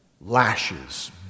lashes